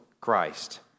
Christ